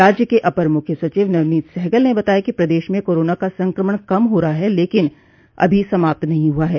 राज्य के अपर मूख्य सचिव नवनीत सहगल ने बताया कि प्रदेश में कोरोना का संकमण कम हो रहा है लेकिन अभी समाप्त नहीं हुआ है